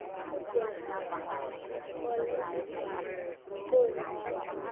ᱡᱟᱦᱟᱸ ᱠᱚᱞᱮᱡᱽ ᱠᱚ